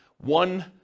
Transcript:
one